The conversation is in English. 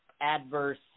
adverse